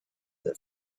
that